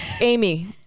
amy